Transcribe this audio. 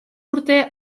urte